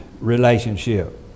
relationship